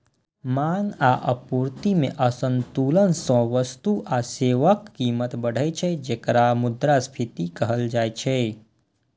मांग आ आपूर्ति मे असंतुलन सं वस्तु आ सेवाक कीमत बढ़ै छै, जेकरा मुद्रास्फीति कहल जाइ छै